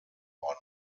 worden